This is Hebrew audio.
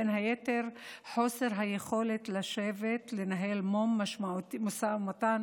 בין היתר חוסר היכולת לשבת ולנהל משא ומתן